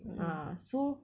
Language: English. ah so